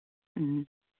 ꯎꯝ